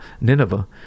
Nineveh